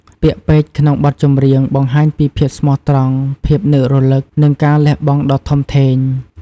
ពាក្យពេចន៍ក្នុងបទចម្រៀងបង្ហាញពីភាពស្មោះត្រង់ ភាពនឹករលឹក និងការលះបង់ដ៏ធំធេង។